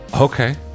Okay